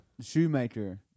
Shoemaker